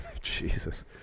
Jesus